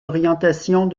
orientations